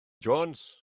jones